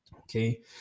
Okay